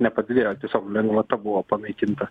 nepadidėjo tiesiog lengvata buvo panaikinta